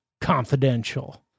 Confidential